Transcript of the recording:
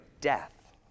death